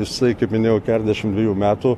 jisai kaip minėjau keturiasdešimt dvejų metų